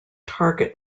target